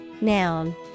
Noun